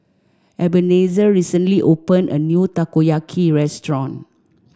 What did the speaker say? Ebenezer recently open a new Takoyaki restaurant